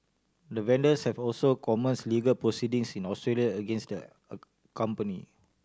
the vendors have also commenced legal proceedings in Australia against the a company